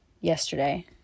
yesterday